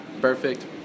Perfect